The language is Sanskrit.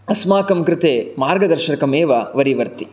अस्माकं कृते मार्गदर्शकम् एव वरीवर्ति